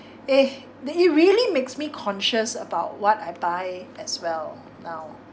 eh the it really makes me conscious about what I buy as well now